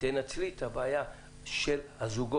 תנצלי את ההזדמנות ותציגי את הבעיה של הזוגות.